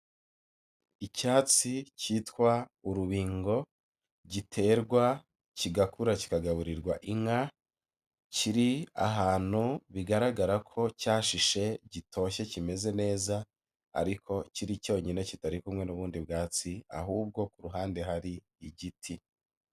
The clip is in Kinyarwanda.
Icyatsi cyitwa urubingo, giterwa kigakura kikagaburirwa inka, kiri ahantu bigaragara ko cyashishe gitoshye kimeze neza, ariko kiri cyonyine kitari kumwe n'ubundi bwatsi ahubwo ku ruhande hari igiti.